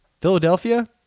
Philadelphia